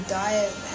diet